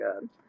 good